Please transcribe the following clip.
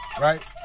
Right